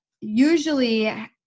usually